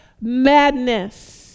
madness